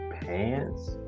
pants